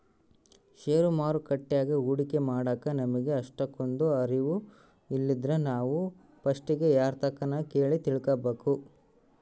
ಷೇರು ಮಾರುಕಟ್ಯಾಗ ಹೂಡಿಕೆ ಮಾಡಾಕ ನಮಿಗೆ ಅಷ್ಟಕೊಂದು ಅರುವು ಇಲ್ಲಿದ್ರ ನಾವು ಪಸ್ಟಿಗೆ ಯಾರ್ತಕನ ಕೇಳಿ ತಿಳ್ಕಬಕು